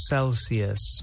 Celsius